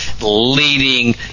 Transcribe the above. leading